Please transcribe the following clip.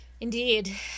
indeed